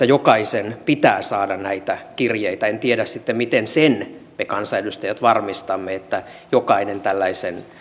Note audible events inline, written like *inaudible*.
*unintelligible* jokaisen pitää saada näitä kirjeitä en tiedä sitten miten sen me kansanedustajat varmistamme että jokainen tällaisen